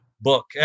book